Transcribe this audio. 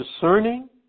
Discerning